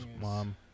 mom